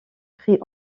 prit